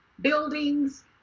buildings